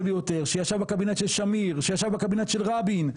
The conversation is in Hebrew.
ביותר שישב בקבינט של שמיר שישב בקבינט של רבין,